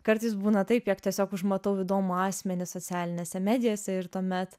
kartais būna taip jog tiesiog užmatau įdomų asmenį socialinėse medijose ir tuomet